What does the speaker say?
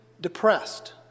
depressed